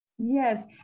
Yes